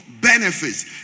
benefits